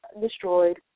destroyed